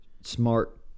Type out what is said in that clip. Smart